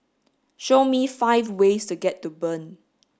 show me five ways to get to Bern